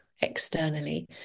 externally